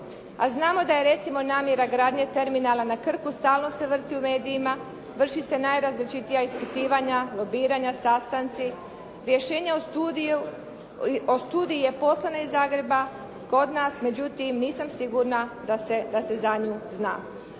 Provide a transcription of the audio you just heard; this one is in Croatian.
A znamo da je recimo namjera gradnje terminala na Krku stalno se vrti u medijima, vrši se najrazličitija ispitivanja, lobiranja, sastanci, rješenja o studiji je poslana iz Zagreba kod nas. Međutim, nisam sigurna da se za nju zna.